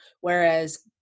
whereas